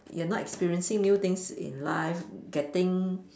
you are not experiencing new things in life getting